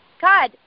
God